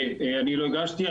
ואני לא הגשתי.